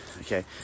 okay